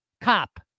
cop